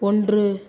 ஒன்று